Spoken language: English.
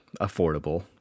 affordable